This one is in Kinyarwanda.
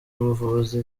ubuvuzi